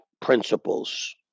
principles